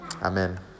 Amen